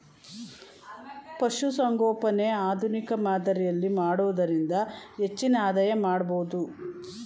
ಪಶುಸಂಗೋಪನೆ ಆಧುನಿಕ ಮಾದರಿಯಲ್ಲಿ ಮಾಡುವುದರಿಂದ ಹೆಚ್ಚಿನ ಆದಾಯ ಪಡಿಬೋದು